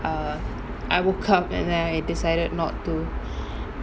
err I woke up and then I decided not to